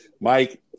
Mike